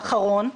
האחרון,